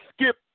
skip